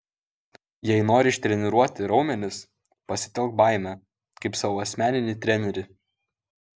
jei nori ištreniruoti raumenis pasitelk baimę kaip savo asmeninį trenerį